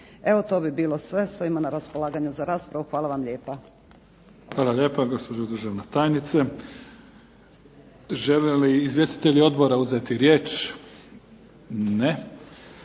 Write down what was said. Evo to bi bilo sve. Stojimo na raspolaganju za raspravu. Hvala vam lijepa. **Mimica, Neven (SDP)** Hvala lijepa gospođo državna tajnice. Žele li izvjestitelji odbora uzeti riječ? Ne.